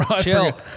Chill